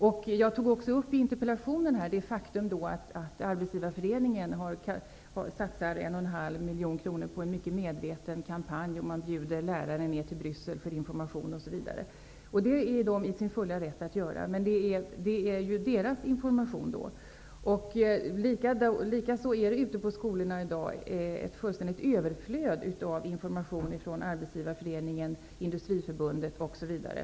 I interpellationen tog jag upp det faktum att Arbetsgivareföreningen satsar 1,5 miljoner kr på en mycket medveten kampanj. Man bjuder ner lärare till Bryssel för information osv. Detta är de i sin fulla rätt att göra men det är ju då fråga om deras egen information. Likaså är det ute på skolorna i dag ett fullständigt överflöd av information från Arbetsgivareföreningen, Industriförbundet osv.